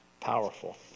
powerful